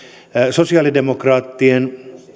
sosiaalidemokraattien